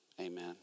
amen